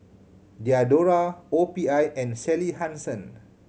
Diadora O P I and Sally Hansen